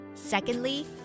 Secondly